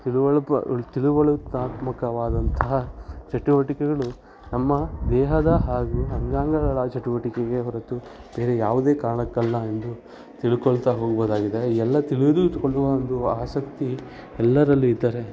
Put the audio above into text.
ತಿಳುವಳ್ಪ ತಿಳುವಳುತ್ತಾತ್ಮಕವಾದಂತಹ ಚಟುವಟಿಕೆಗಳು ನಮ್ಮ ದೇಹದ ಹಾಗೂ ಅಂಗಾಂಗಗಳ ಚಟುವಟಿಕೆಗೇ ಹೊರತು ಬೇರೆ ಯಾವುದೇ ಕಾರಣಕ್ಕಲ್ಲ ಎಂದು ತಿಳ್ಕೊಳ್ತಾ ಹೋಗ್ಬೋದಾಗಿದೆ ಈ ಎಲ್ಲ ತಿಳಿದುಕೊಳ್ಳುವ ಒಂದು ಆಸಕ್ತಿ ಎಲ್ಲರಲ್ಲೂ ಇದ್ದರೆ